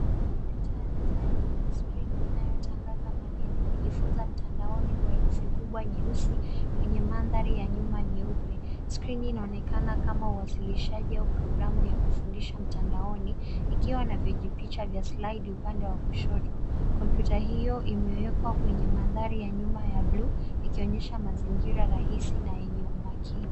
Kompyuta ya mezani yenye skrini inayotangaza maneno "kujifunza kwa mtandaoni" kwa herufi kubwa jeusi kwenye mandhari ya nyuma nyeupe. Skrini inaonekana kama uwasilishaji au programu ya kufundisha mtandaoni ikiwa na vijipicha vya slide upande wa kushoto. Kompyuta hiyo imewekwa kwenye mandhari ya nyuma ya bluu ikionyesha mazingira rahisi na yenye umakini.